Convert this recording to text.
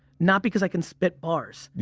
not because i can spit bars.